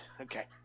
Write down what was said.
Okay